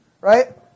right